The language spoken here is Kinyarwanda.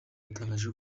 yatangaje